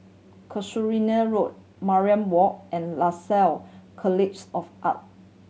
Casuarina Road Mariam Walk and Lasalle Colleagues of Art